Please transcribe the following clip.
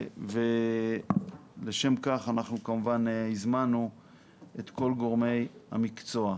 ולשם כך כמובן הזמנו את כל גורמי המקצוע.